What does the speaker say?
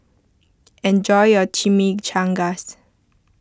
enjoy your Chimichangast